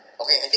Okay